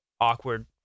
awkward